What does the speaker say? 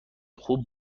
خوب